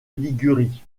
ligurie